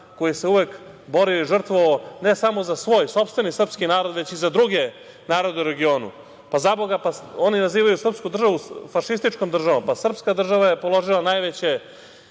koji se uvek borio i žrtvovao ne samo za svoj sopstveni, sprski narod, već i za druge narode u regionu. Zaboga, oni nazivaju srpsku državu fašističkom državom. Pa, srpska država je položila najveće